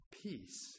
Peace